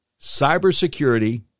Cybersecurity